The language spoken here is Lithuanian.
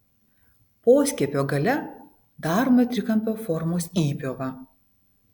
poskiepio gale daroma trikampio formos įpjova